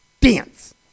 Dance